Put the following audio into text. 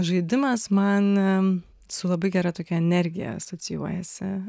žaidimas man su labai gera tokia energija asocijuojasi